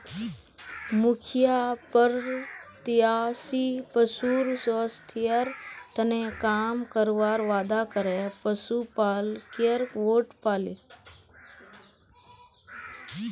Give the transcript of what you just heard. मुखिया प्रत्याशी पशुर स्वास्थ्येर तने काम करवार वादा करे पशुपालकेर वोट पाले